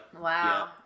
Wow